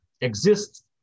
exists